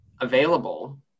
available